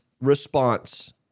response